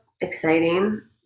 exciting